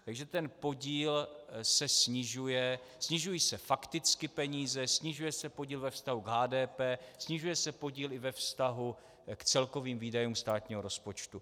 Takže podíl se snižuje, snižují se fakticky peníze, snižuje se podíl ve vztahu k HDP, snižuje se podíl i ve vztahu k celkovým výdajům státního rozpočtu.